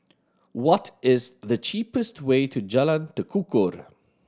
what is the cheapest way to Jalan Tekukor